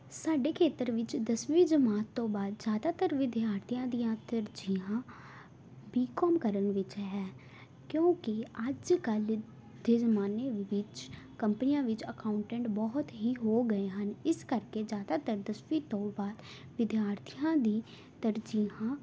ਸਾਡੇ ਖੇਤਰ ਵਿੱਚ ਦਸਵੀਂ ਜਮਾਤ ਤੋਂ ਬਾਅਦ ਜ਼ਿਆਦਾਤਰ ਵਿਦਿਆਰਥੀਆਂ ਦੀਆਂ ਤਰਜੀਹਾਂ ਬੀਕੌਮ ਕਰਨ ਵਿੱਚ ਹੈ ਕਿਉਂਕਿ ਅੱਜ ਕੱਲ੍ਹ ਦੇ ਜਮਾਨੇ ਵਿੱਚ ਕੰਪਨੀਆਂ ਵਿੱਚ ਅਕਾਊਂਟੈਂਟ ਬਹੁਤ ਹੀ ਹੋ ਗਏ ਹਨ ਇਸ ਕਰਕੇ ਜ਼ਿਆਦਾਤਰ ਦਸਵੀਂ ਤੋਂ ਬਾਅਦ ਵਿਦਿਆਰਥੀਆਂ ਦੀ ਤਰਜੀਹਾਂ